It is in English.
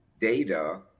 data